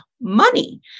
money